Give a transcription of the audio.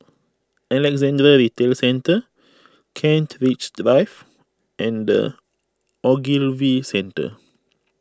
Alexandra Retail Centre Kent Ridge Drive and the Ogilvy Centre